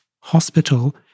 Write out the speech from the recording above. hospital